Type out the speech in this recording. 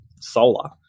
solar